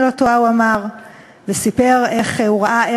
איך הם